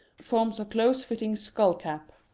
forms a close-fitting skull-cap.